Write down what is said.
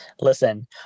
listen